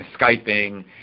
Skyping